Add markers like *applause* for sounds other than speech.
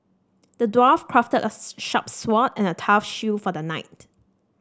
the dwarf crafted a *unintelligible* sharp sword and a tough shield for the knight